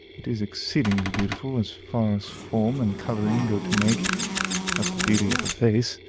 it is exceedingly beautiful, as far as form and coloring go to make up the beauty of a face.